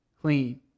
clean